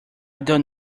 don’t